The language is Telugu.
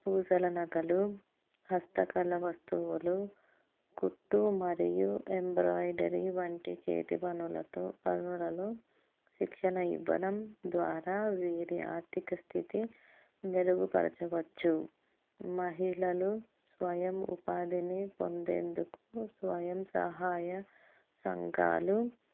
పూసల నగలు హస్తకళ వస్తువులు కుట్టు మరియు ఎంబ్రాయిడరీ వంటి చేతి పనులతో పనులలో శిక్షణ ఇవ్వడం ద్వారా వీరి ఆర్థిక స్థితి మెరుగుపరచవచ్చు మహిళలు స్వయం ఉపాధిని పొందేందుకు స్వయం సహాయ సంఘాలు